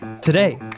Today